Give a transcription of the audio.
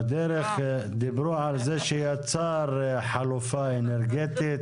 בדרך דיברו על זה שיצר חלופה אנרגטית,